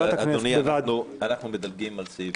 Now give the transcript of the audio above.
אדוני, אנחנו מדלגים על סעיף ג'?